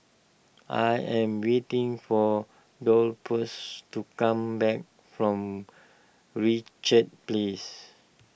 I am waiting for Dolphus to come back from Richards Place